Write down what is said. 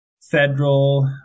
federal